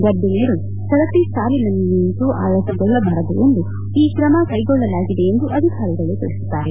ಗರ್ಭಿಣಿಯರು ಸರತಿ ಸಾಲಿನಲ್ಲಿ ನಿಂತು ಆಯಾಸಗೊಳ್ಳಬಾರದು ಎಂದು ಈ ಕ್ರಮ ಕೈಗೊಳ್ಳಲಾಗಿದೆ ಎಂದು ಅಧಿಕಾರಿಗಳು ತಿಳಿಸಿದ್ದಾರೆ